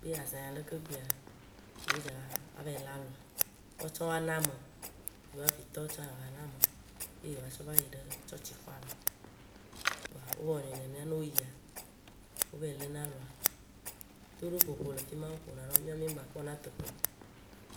Be azã ya leke gbea, yewo dza ava yi le alɔa, woawo tsã woa na ame, yewò vitɔwo tsã yewo ana ame ye yewo atsɔ va yi ɖe tsɔtsixɔa me. Kpoa wo wɔnɛ nenea, ne wo yia, wo va yi le na alɔa, toɖoƒoƒo le fima wo ƒona nɔwo, mìawo mì ŋgba kpɔna eteƒe o.